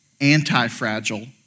Anti-Fragile